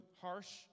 harsh